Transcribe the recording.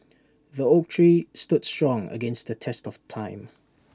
the oak tree stood strong against the test of time